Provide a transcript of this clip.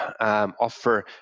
Offer